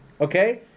okay